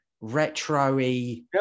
retro-y